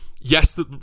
Yes